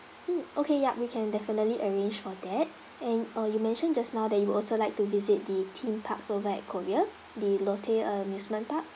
mm okay yup we can definitely arrange for that and oh you mentioned just now that you would also like to visit the theme parks over at korea the lotte amusement park